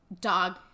dog